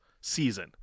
season